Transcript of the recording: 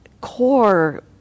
core